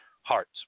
hearts